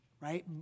right